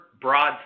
broad